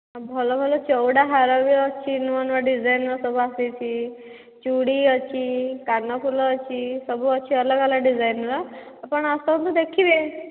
ଭଲ ଭଲ ଚୌଡ଼ା ହାର ବି ଅଛି ନୂଆ ନୂଆ ଡିଜାଇନ୍ର ସବୁ ଆସିଛି ଚୁଡ଼ି ଅଛି କାନଫୁଲ ଅଛି ସବୁ ଅଛି ଅଲଗା ଅଲଗା ଡିଜାଇନ୍ର ଆପଣ ଆସନ୍ତୁ ଦେଖିବେ